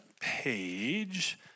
page